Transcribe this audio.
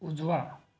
उजवा